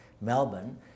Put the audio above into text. Melbourne